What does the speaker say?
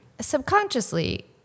subconsciously